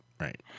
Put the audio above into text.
right